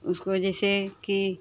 उसको जैसे की